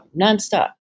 nonstop